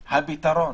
הפתרון,